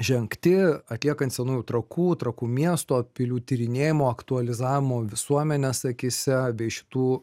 žengti atliekant senųjų trakų trakų miesto pilių tyrinėjimo aktualizavimo visuomenės akyse bei šitų